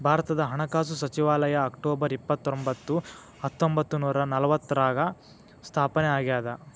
ಭಾರತದ ಹಣಕಾಸು ಸಚಿವಾಲಯ ಅಕ್ಟೊಬರ್ ಇಪ್ಪತ್ತರೊಂಬತ್ತು ಹತ್ತೊಂಬತ್ತ ನೂರ ನಲವತ್ತಾರ್ರಾಗ ಸ್ಥಾಪನೆ ಆಗ್ಯಾದ